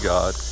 God